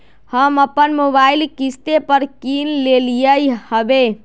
हम अप्पन मोबाइल किस्ते पर किन लेलियइ ह्बे